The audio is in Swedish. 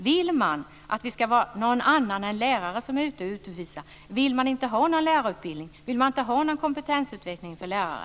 Vill man att det ska vara någon annan än läraren som är ute och undervisar? Vill man inte ha någon lärarutbildning? Vill man inte ha någon kompetensutveckling för lärare?